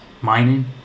mining